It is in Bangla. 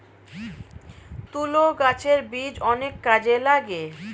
তুলো গাছের বীজ অনেক কাজে লাগে